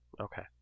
Okay